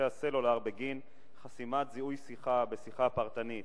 משתמשי הסלולר בגין חסימת זיהוי שיחה בשיחה פרטנית.